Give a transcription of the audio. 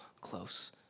close